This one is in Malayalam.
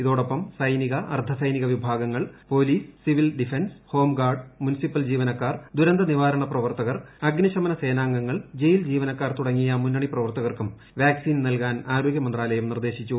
ഇതോടൊപ്പം സൈനിക അർധസൈനിക വിഭാഗങ്ങൾ police civil defence home guard municipal ജീവനക്കാർ ദുരന്തനിവാരണ പ്രവർത്തകർ അഗ്നിശമന സേനാംഗങ്ങൾ ജയിൽ ജീവനക്കാർ തുടങ്ങിയ മുന്നണിപ്രവർത്തകർക്കും വാക്സിൻ നൽകാൻ ആരോഗൃമന്ത്രാലയം നിർദേശിച്ചു